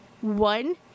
One